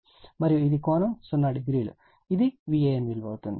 మరియు ఇది కోణం 00 ఇది Van విలువ అవుతుంది